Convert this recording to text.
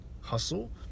hustle